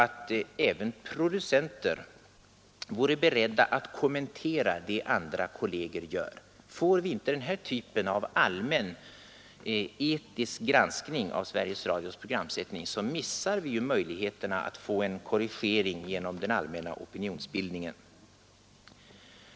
Får vi inte den här typen av allmänetisk granskning av Sveriges Radios programsättning, missar vi möjligheterna att få en korrigering genom den allmänna opinionsbild ningen.